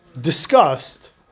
discussed